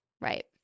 right